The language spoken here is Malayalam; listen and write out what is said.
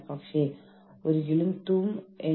ഇത് ഒരു ചെറിയ ഫോണ്ട് ആണ്